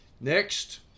Next